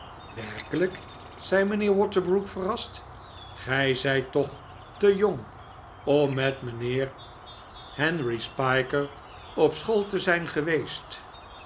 werkelijk zei mijnheer waterbrook verrast gij zijt toch te jong om met mijnheer henry spiker op school te zijn geweest